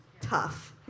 tough